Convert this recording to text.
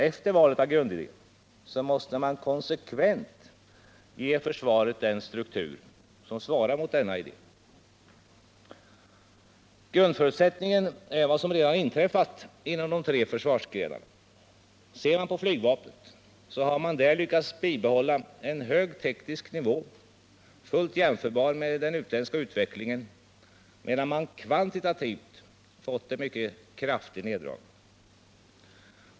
Efter valet av grundidé måste man konsekvent ge försvaret en struktur som svarar mot denna idé. Grundförutsättningen är vad som redan inträffat inom de tre försvarsgrenarna. Ser vi på flygvapnet finner vi att man där har lyckats bibehålla en hög teknisk nivå, fullt jämförbar med den utländska utvecklingen, medan man kvantitativt fått en mycket kraftig neddragning.